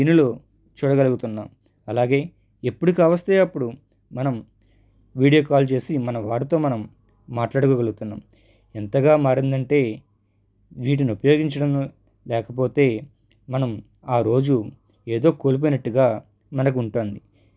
దీనిలో చూడగలుగుతున్నాం అలాగే ఎప్పుడు కావస్తే అప్పుడు మనం వీడియో కాల్ చేసి మనం వాటితో మనం మాట్లాడుగోగలుగుతున్నాం ఎంతగా మారింది అంటే వీటిని ఉపయోగించడం లేకపోతే మనం ఆరోజు ఏదో కోల్పోయినట్టుగా మనకు ఉంటుంది